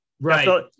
Right